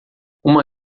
uma